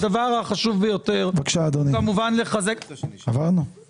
למינהל החינוך הדתי בשנת 2023 ועוד 85 מיליון שקלים ב-2024.